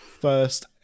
first